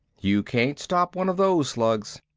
you can't stop one of those slugs.